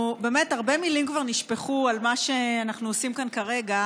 הרבה מילים כבר נשפכו על מה שאנחנו עושים כאן כרגע,